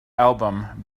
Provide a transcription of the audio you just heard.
album